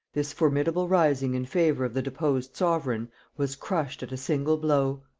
this formidable rising in favor of the deposed sovereign was crushed at a single blow.